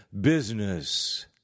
business